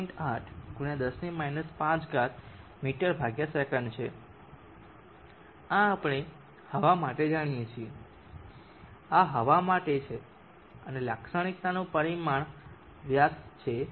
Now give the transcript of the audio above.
8 × 10 5 મી સેકંડ છે આ આપણે હવા માટે જાણીએ છીએ આ હવા માટે છે અને લાક્ષણિકતાનું પરિમાણ વ્યાસ છે જે 0